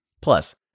Plus